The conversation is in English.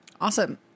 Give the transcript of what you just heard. awesome